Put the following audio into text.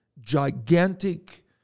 gigantic